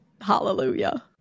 hallelujah